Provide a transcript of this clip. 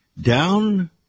down